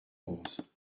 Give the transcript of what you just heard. onze